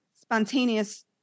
spontaneous